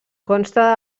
consta